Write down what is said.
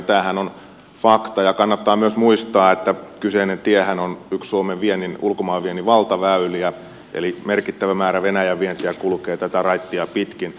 tämähän on fakta ja kannattaa myös muistaa että kyseinen tiehän on yksi suomen viennin ulkomaanviennin valtaväyliä eli merkittävä määrä venäjän vientiä kulkee tätä raittia pitkin